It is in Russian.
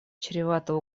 чревато